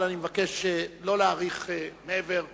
אבל אני מבקש לא להאריך מעבר לדרוש.